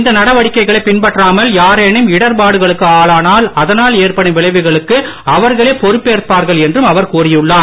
இந்த நடவடிக்கைகளை பின்பற்றாமல் யாரேனும் இடர்பாடுகளுக்கு ஆளானால் அதனால் ஏற்படும் விளைவுகளுக்கு அவர்களே பொறுப்பேற்பார்கள் என்றும் அவர் கூறியுள்ளார்